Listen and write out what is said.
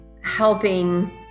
helping